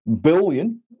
billion